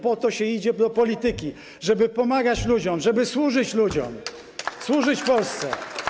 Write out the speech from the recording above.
Po to się idzie do polityki, żeby pomagać ludziom, żeby służyć ludziom, służyć Polsce.